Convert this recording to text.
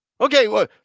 Okay